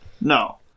No